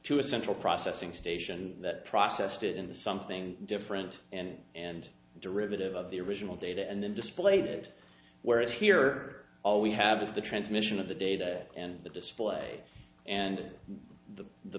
a central processing station that processed it into something different and and derivative of the original data and then displayed it whereas here all we have is the transmission of the data and the display and the